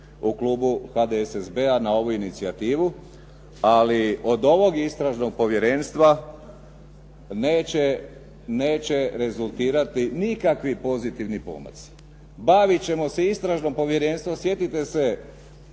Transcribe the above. u klubu HDSSB-a na ovu inicijativu. Ali od ovog Istražnog povjerenstva neće rezultirati nikakvi pozitivni pomaci. Baviti ćemo se Istražnim povjerenstvom, sjetite se